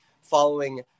following